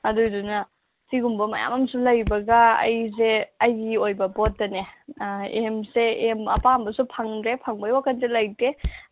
ꯑꯗꯨꯒꯤꯗꯨꯅ ꯁꯤꯒꯨꯝꯕ ꯃꯌꯥꯝ ꯑꯃꯁꯨ ꯂꯩꯕꯒ ꯑꯩꯁꯦ ꯑꯩꯒꯤ ꯑꯣꯏꯕ ꯄꯣꯠꯇꯅꯦ ꯑꯦꯝꯁꯦ ꯑꯦꯝ ꯑꯄꯥꯝꯕꯁꯨ ꯐꯪꯗ꯭ꯔꯦ ꯐꯪꯕꯒꯤ ꯋꯥꯈꯜꯁꯨ ꯂꯩꯇꯦ